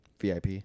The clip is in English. VIP